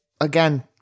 Again